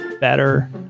better